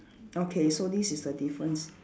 okay so this is the difference